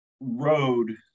Road